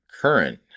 current